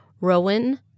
Rowan